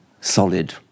solid